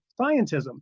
scientism